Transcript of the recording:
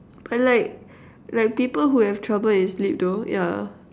but like like people who have trouble in sleep though yeah